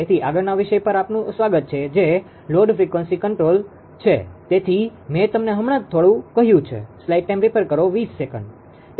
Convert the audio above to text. તેથી આગળના વિષય પર આપનું સ્વાગત છે જે load frequency control load frequency control load આવર્તન નિયંત્રણ છે તેથી મે તમને હમણાં જ થોડું કહ્યું છે